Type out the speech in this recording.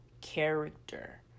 character